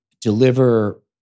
deliver